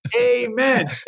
Amen